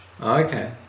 Okay